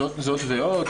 זאת ועוד,